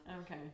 Okay